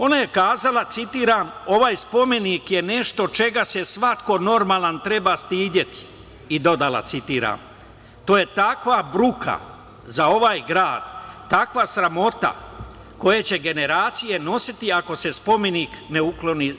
Ona je kazala, citiram: „Ovaj spomenik je nešto čega se svako normalan treba stideti“ i dodala, citiram: „To je takva bruka za ovaj grad, takva sramota koje će generacije nositi ako se spomenik ne ukloni“